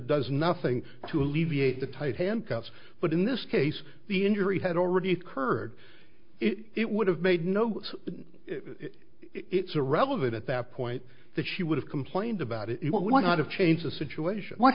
does nothing to alleviate the tight handcuffs but in this case the injury had already occurred it would have made no it's a relevant at that point that she would have complained about it one out of change the situation what